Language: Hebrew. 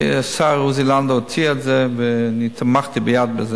השר עוזי לנדאו הציע את זה ואני תמכתי בזה מייד.